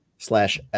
Slash